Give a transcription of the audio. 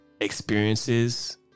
experiences